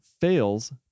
fails